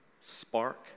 Spark